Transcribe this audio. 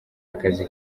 akazi